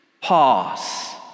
pause